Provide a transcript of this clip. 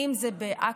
אם זה בעכו,